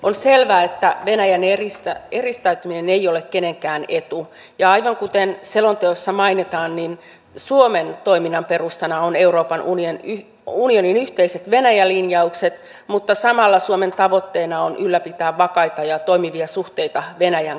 on selvää että venäjän eristäytyminen ei ole kenenkään etu ja aivan kuten selonteossa mainitaan suomen toiminnan perustana on euroopan unionin yhteiset venäjä linjaukset mutta samalla suomen tavoitteena on ylläpitää vakaita ja toimivia suhteita venäjän kanssa